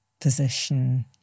position